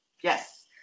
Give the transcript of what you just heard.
yes